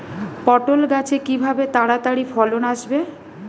পটল গাছে কিভাবে তাড়াতাড়ি ফলন আসবে?